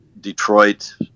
Detroit